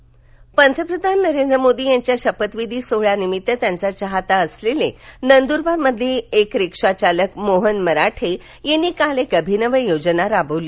मोफत रिक्षासेवा नंदरबार पंतप्रधान नरेंद्र मोदी यांच्या शपथविधी सोहळ्या निमित्त त्यांचा चाहता असलेले नंदुरबार मधील रिक्षा चालक मोहन मराठे यांनी काल एक अभिनव योजना राबविली